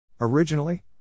Originally